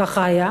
ככה היה.